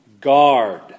guard